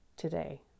today